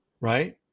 right